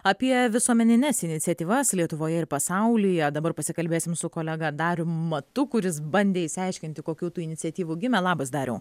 apie visuomenines iniciatyvas lietuvoje ir pasaulyje dabar pasikalbėsim su kolega darium matu kuris bandė išsiaiškinti kokių tų iniciatyvų gimė labas dariau